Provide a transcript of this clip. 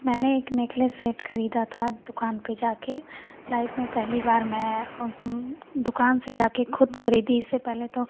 मैंने एक necklace set खरीदा था दुकान पर जा कर लाइफ में पहली बार मैं दुकान से जा कर ख़ुद खरीदी इससे पहले तो